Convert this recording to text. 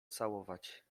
całować